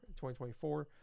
2024